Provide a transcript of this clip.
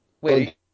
Wait